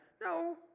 No